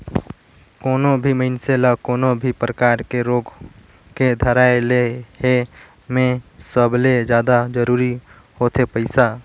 कोनो भी मइनसे ल कोनो भी परकार के रोग के धराए ले हे में सबले जादा जरूरी होथे पइसा